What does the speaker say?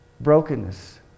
Brokenness